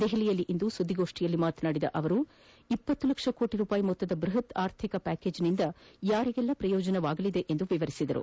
ದೆಹಲಿಯಲ್ಲಿಂದು ಸುದ್ದಿಗೋಷ್ಠಿಯಲ್ಲಿ ಮಾತನಾಡಿದ ಅವರು ಇಪ್ಪತ್ತು ಲಕ್ಷ ಕೋಟ ರೂಪಾಯಿ ಮೊತ್ತದ ಬೃಹತ್ ಆರ್ಥಿಕ ಪ್ಠಾಕೇಜಿನಿಂದ ಯಾರಿಗೆಲ್ಲ ಪ್ರಯೋಜನವಾಗಲಿದೆಎಂದು ವಿವರಿಸಿದರು